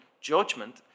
judgment